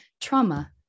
trauma